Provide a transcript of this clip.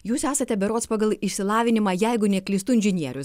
jūs esate berods pagal išsilavinimą jeigu neklystu inžinierius